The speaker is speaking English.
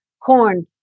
corn